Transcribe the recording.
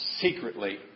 secretly